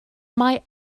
mae